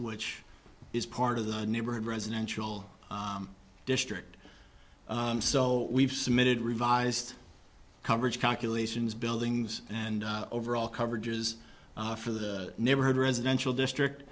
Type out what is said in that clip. which is part of the neighborhood residential district so we've submitted revised coverage calculations buildings and overall coverages for the neighborhood residential district